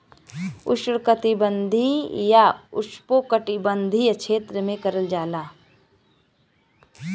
उष्णकटिबंधीय या उपोष्णकटिबंधीय क्षेत्र में करल जाला